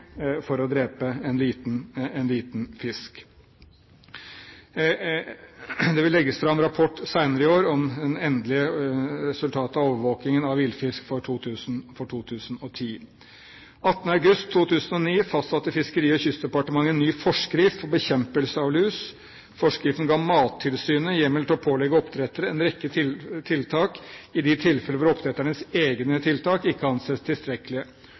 for å drepe en liten fisk. Det vil bli lagt fram en rapport senere i år om det endelige resultatet av overvåkingen av villfisk for 2010. 18. august 2009 fastsatte Fiskeri- og kystdepartementet en ny forskrift for bekjempelse av lus. Forskriften ga Mattilsynet hjemmel til å pålegge oppdrettere en rekke tiltak i de tilfeller hvor oppdretternes egne tiltak ikke anses tilstrekkelige,